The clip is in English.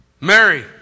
Mary